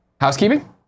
Housekeeping